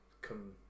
come